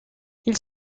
ils